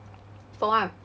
for what